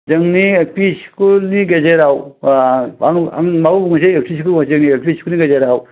जोंनि L P स्कुलनि गेजेराव आं माबा मोनसे जोंनि एल पि स्कुलनि गेजेराव